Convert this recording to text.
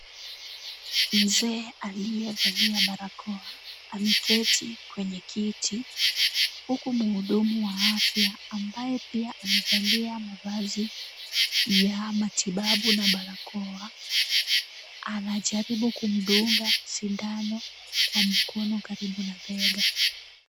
Mzee aliyevalia barakoa ameketi kwenye kiti, huku muhudumu wa afya ambaye pia amevalia mavazi ya matibabu na barakoa, anajaribu kumdunga sindano kwa mkono karibu na bega.